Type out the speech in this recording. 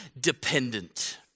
dependent